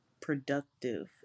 productive